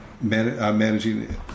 managing